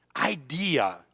idea